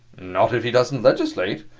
not if he doesn't legislate.